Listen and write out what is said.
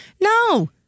No